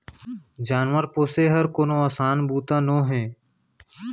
जानवर पोसे हर कोनो असान बूता नोहे